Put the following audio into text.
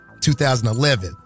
2011